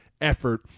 effort